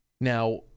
Now